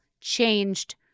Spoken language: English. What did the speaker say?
changed